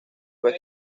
fue